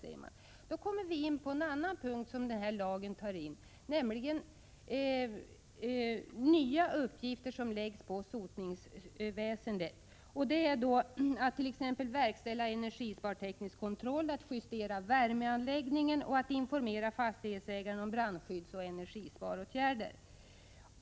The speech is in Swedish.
Vi kommer då in på en annan punkt som den här lagen omfattar, nämligen de nya uppgifter som läggs på sotningsväsendet. Det gäller då t.ex. att verkställa energisparteknisk kontroll, justera värmeanläggningar och att informera fastighetsägare om brandskyddsoch energisparåtgärder.